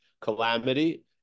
calamity